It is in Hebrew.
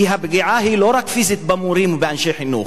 כי הפגיעה היא לא רק פיזית במורים ובאנשי חינוך,